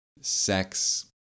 sex